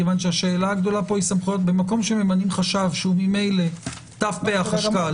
במקום שמממנים חשב שהוא ממילא ת"פ החשכ"ל-